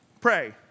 Pray